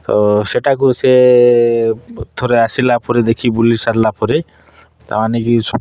ତ ସେଟାକୁ ସେ ଥରେ ଆସିଲା ପରେ ଦେଖି ବୁଲି ସାରିଲା ପରେ ତା ମାନେ କି